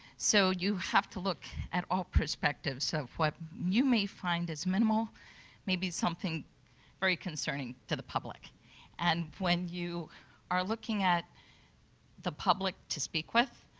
so you have to look at all perspectives of what you may find minimal may be something very concerning to the public and when you are looking at the public to speak with,